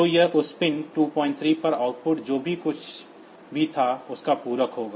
तो यह उस पिन 23 पर आउटपुट जो कुछ भी था उसका पूरक होगा